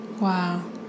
Wow